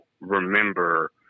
remember